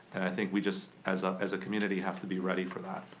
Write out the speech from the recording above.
think we just, as ah as a community, have to be ready for that.